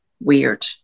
weird